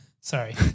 Sorry